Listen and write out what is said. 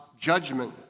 judgment